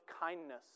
kindness